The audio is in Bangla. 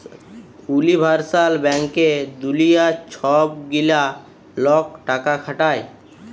উলিভার্সাল ব্যাংকে দুলিয়ার ছব গিলা লক টাকা খাটায়